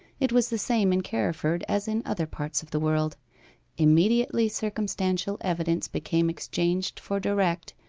it was the same in carriford as in other parts of the world immediately circumstantial evidence became exchanged for direct,